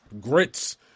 grits